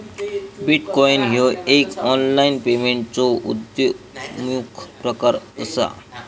bitcoin ह्यो एक online पेमेंटचो उद्योन्मुख प्रकार असा